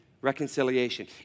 reconciliation